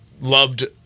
loved